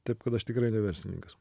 taip kad aš tikrai ne verslininkas